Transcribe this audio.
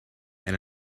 and